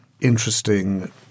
interesting